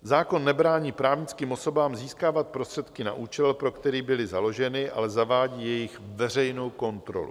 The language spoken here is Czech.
Zákon nebrání právnickým osobám získávat prostředky na účel, pro který byly založeny, ale zavádí jejich veřejnou kontrolu.